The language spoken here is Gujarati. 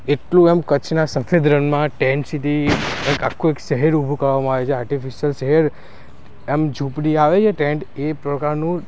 એટલું એમ કચ્છના સફેદ રણમાં ટેન્ટ સીટી આખું એક શહેર ઊભું કરવામાં આવ્યું છે આર્ટિફિશિયલ શહેર આમ ઝૂંપડી આવે છે ટેન્ટ એ પ્રકારનું